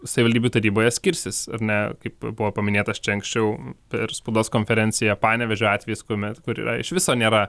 savivaldybių taryboje skirsis ar ne kaip buvo paminėtas čia anksčiau per spaudos konferenciją panevėžio atvejis kuomet kur yra iš viso nėra